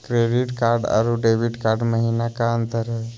Credit card अरू debit card महिना का अंतर हई?